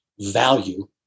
value